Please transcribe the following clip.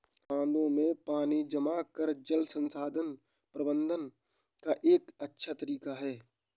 बांधों में पानी जमा करना जल संसाधन प्रबंधन का एक अच्छा तरीका है